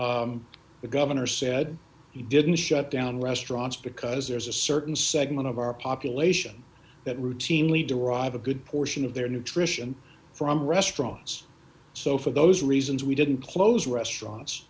restaurant the governor said you didn't shut down restaurants because there's a certain segment of our population that routinely derive a good portion of their nutrition from restaurants so for those reasons we didn't close restaurants